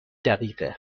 دقیقه